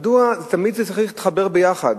מדוע תמיד זה צריך להתחבר ביחד,